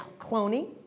cloning